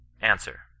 Answer